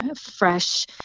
fresh